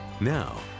Now